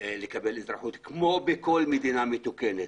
לקבל אזרחות, כמו בכל מדינה מתוקנת.